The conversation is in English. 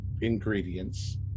ingredients